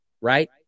right